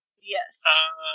Yes